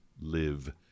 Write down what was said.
live